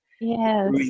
Yes